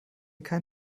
kein